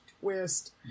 twist